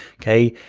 okay.